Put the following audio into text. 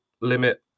limit